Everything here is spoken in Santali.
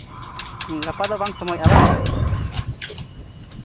ᱦᱮᱸ ᱜᱟᱯᱟ ᱫᱚ ᱵᱟᱝ ᱥᱚᱢᱚᱭᱚᱜᱼᱟ ᱵᱟᱝ